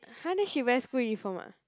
!huh! then she wear school uniform ah